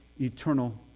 eternal